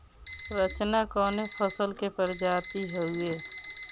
रचना कवने फसल के प्रजाति हयुए?